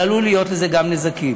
אבל עלולים להיות לזה גם נזקים.